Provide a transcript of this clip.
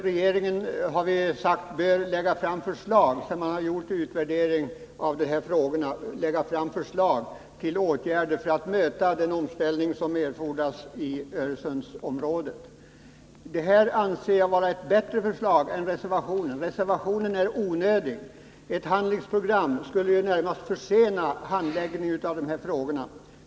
Vi har sagt att efter utvärderingen av dessa frågor bör regeringen lägga fram förslag till åtgärder för att klara den omställning som erfordras i Öresundsområdet. Vi anser att detta förslag är bättre än förslaget i reservationen på denna punkt. Reservationen är onödig — ett handlingsprogram skulle ju närmast försena handläggningen av dessa frågor.